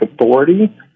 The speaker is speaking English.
Authority